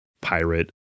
pirate